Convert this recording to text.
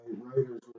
writers